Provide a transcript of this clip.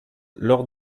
lors